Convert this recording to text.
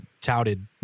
touted